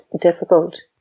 difficult